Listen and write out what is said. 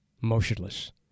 motionless